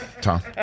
Tom